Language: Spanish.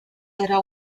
era